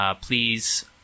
Please